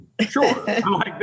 sure